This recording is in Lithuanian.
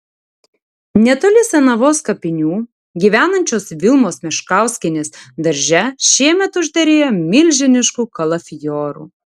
netoli senavos kapinių gyvenančios vilmos meškauskienės darže šiemet užderėjo milžiniškų kalafiorų